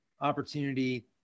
opportunity